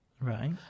Right